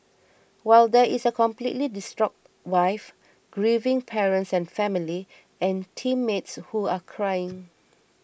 while there is a completely distraught wife grieving parents and family and teammates who are crying